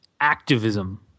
activism